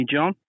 John